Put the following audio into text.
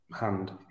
hand